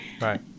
right